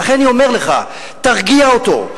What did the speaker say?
ולכן אני אומר לך: תרגיע אותו,